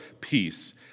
peace